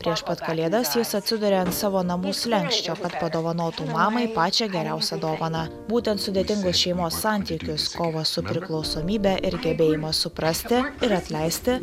prieš pat kalėdas jis atsiduria ant savo namų slenksčio kad padovanotų mamai pačią geriausią dovaną būtent sudėtingos šeimos santykius kovą su priklausomybe ir gebėjimas suprasti ir atleisti